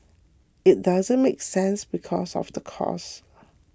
it doesn't make sense because of the cost